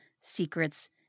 secrets